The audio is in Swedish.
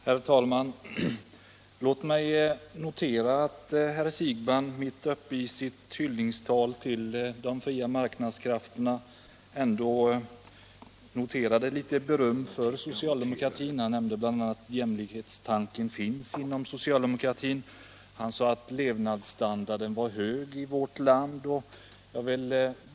Herr talman! Jag noterade att herr Siegbahn mitt uppe i sitt hyllningstal till de fria marknadskrafterna ändå gav socialdemokratin en smula beröm. Han sade att jämlikhetstanken finns inom socialdemokratiska partiet och att levnadsstandarden är hög i vårt land.